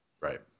Right